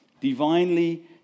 Divinely